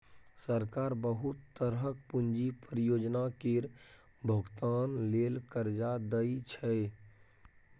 सरकार बहुत तरहक पूंजी परियोजना केर भोगतान लेल कर्जा दइ छै